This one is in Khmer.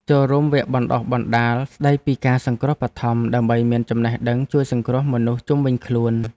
ចូលរួមវគ្គបណ្តុះបណ្តាលស្តីពីការសង្គ្រោះបឋមដើម្បីមានចំណេះដឹងជួយសង្គ្រោះមនុស្សជុំវិញខ្លួន។